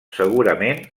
segurament